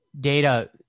data